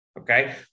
Okay